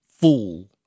fool